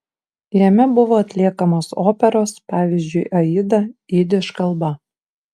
jame buvo atliekamos operos pavyzdžiui aida jidiš kalba